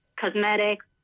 cosmetics